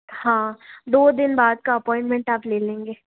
हाँ दो दिन बाद का अपॉइंटमेंट आप ले लेंगे